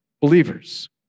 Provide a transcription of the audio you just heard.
believers